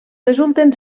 resulten